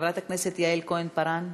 חברת הכנסת יעל כהן-פארן,